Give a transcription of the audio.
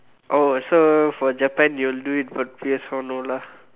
oh so for Japan you'll do it but P_S four no lah